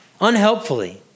unhelpfully